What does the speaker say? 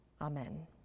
Amen